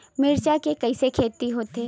मिर्च के कइसे खेती होथे?